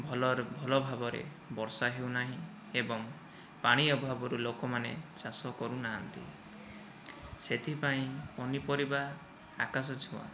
ଭଲରେ ଭଲ ଭାବରେ ବର୍ଷା ହେଉନାହିଁ ଏବଂ ପାଣି ଅଭାବରୁ ଲୋକମାନେ ଚାଷ କରୁନାହାନ୍ତି ସେଥିପାଇଁ ପନିପରିବା ଆକାଶଛୁଆଁ